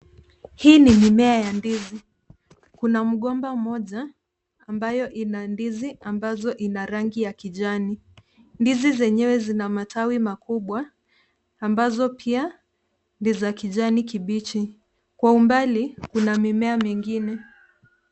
Hii ni mimea ya ndizi. Kuna mgomba mmoja, ambayo ina ndizi ambazo ina rangi ya kijani. Ndizi zenyewe zina matawi makubwa ambazo pia ni za kijani kibichi. Kwa umbali kuna mimea mingine.